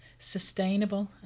Sustainable